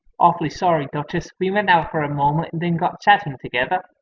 awfully sorry, duchess. we went out for a moment and then got chatting together.